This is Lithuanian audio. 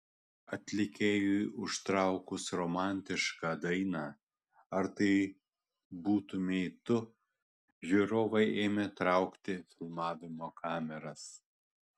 atlikėjui užtraukus romantišką dainą ar tai būtumei tu žiūrovai ėmė traukti filmavimo kameras